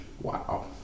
Wow